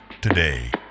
today